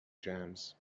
jams